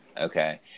Okay